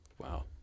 Wow